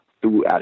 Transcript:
throughout